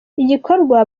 igikorwa